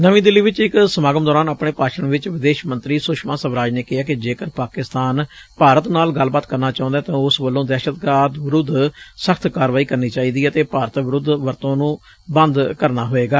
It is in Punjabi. ਨਵੀਂ ਦਿੱਲੀ ਵਿਚ ਇਕ ਸਮਾਗਮ ਦੌਰਾਨ ਆਪਣੇ ਭਾਸ਼ਣ ਵਿਚ ਵਿਦੇਸ਼ ਮੰਤਰੀ ਸੁਸ਼ਮਾ ਸਵਰਾਜ ਨੇ ਕਿਹੈ ਕਿ ਜੇਕਰ ਪਾਕਿਸਤਾਨ ਭਾਰਤ ਨਾਲ ਗੱਲਬਾਤ ਕਰਨਾ ਚਾਹੁੰਦੈ ਤਾਂ ਉਸ ਵੱਲੋਂ ਦਹਿਸ਼ਤਵਾਦ ਵਿਰੁੱਧ ਸ਼ਖਤ ਕਾਰਵਾਈ ਕਰਨੀ ਚਾਹੀਦੀ ਏ ਅਤੇ ਭਾਰਤ ਵਿਰੁੱਧ ਵਰਤੋਂ ਨੂੰ ਬੰਦ ਕਰਨਾ ਹੋਏਗਾ